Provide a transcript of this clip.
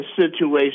situation